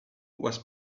was